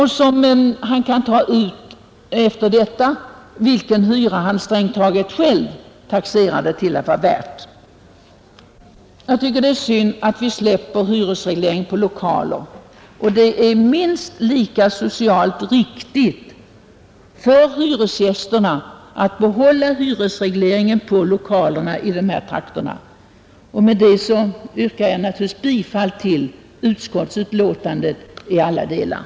Han kan också strängt taget ta ut den hyra som han själv taxerar att kontorslokalerna kan vara värda. Jag tycker att det är synd att vi släpper hyresregleringen för lokaler, och socialt är det minst lika viktigt för hyresgästerna att få behålla hyresregleringen för lokalerna i dessa trakter. Herr talman! Med det anförda yrkar jag bifall till utskottets hemställan på samtliga punkter.